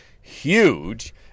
huge